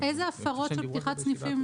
איזה הפרות של פתיחת סניפים,